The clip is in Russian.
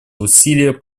усилия